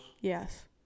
Yes